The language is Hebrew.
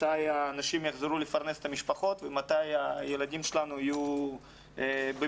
מתי האנשים יחזרו לפרנס את המשפחות ומתי הילדים שלנו יהיו במסגרות,